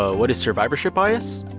ah what is survivorship bias?